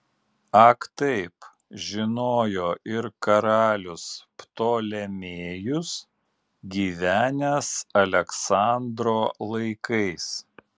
ak taip žinojo ir karalius ptolemėjus gyvenęs aleksandro laikais